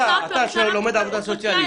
אתה שלומד עבודה סוציאלית,